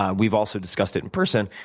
ah we've also discussed it in person.